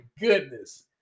goodness